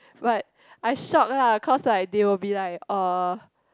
but I shock lah cause like they will be like uh